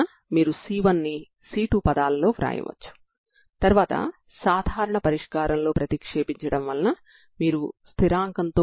కాబట్టి ఇప్పుడు మీ సాధారణ పరిష్కారం Xxc1cos μx అవుతుంది